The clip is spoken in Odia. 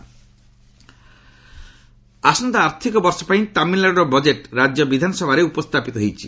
ଟିଏନ୍ ବଜେଟ ଆସନ୍ତା ଆର୍ଥିକ ବର୍ଷ ପାଇଁ ତାମିଲନାଡ଼ୁର ବଜେଟ୍ ରାଜ୍ୟ ବିଧାନସଭାରେ ଉପସ୍ଥାପିତ ହୋଇଛି